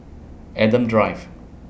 Adam Drive